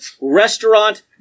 restaurant